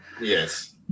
Yes